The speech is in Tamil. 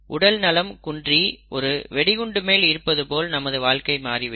உடல்நலமும் குன்றி ஒரு வெடிகுண்டு மேல் இருப்பது போல் வாழ்க்கை மாறி விடும்